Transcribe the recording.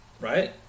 right